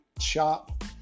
shop